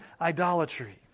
idolatry